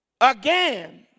again